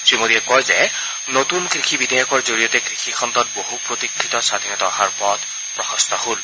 শ্ৰীমোদীয়ে কয় যে নতুন কৃষি বিধেয়কৰ জৰিয়তে কৃষি খণ্ডত বহু প্ৰতীক্ষিত স্বাধীনতা অহাৰ পথ প্ৰশস্ত হ'ল